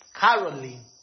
Caroline